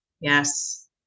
Yes